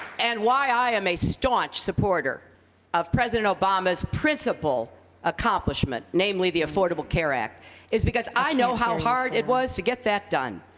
and why i am a staunch supporter of president obama's principal accomplishment namely the affordable care act is because i know how hard it was to get that done.